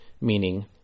meaning